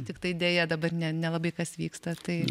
tiktai deja dabar ne nelabai kas vyksta tai